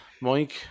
Mike